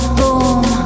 boom